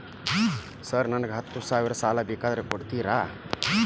Sir ನನಗ ಹತ್ತು ಸಾವಿರ ಸಾಲ ಬೇಕ್ರಿ ಕೊಡುತ್ತೇರಾ?